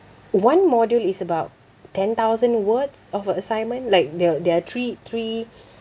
one module is about ten thousand words of assignment like there a~ there are three three